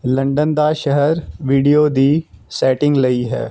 London ਦਾ ਸ਼ਹਿਰ video ਦੀ ਸੈਟਿੰਗ ਲਈ ਹੈ